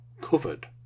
covered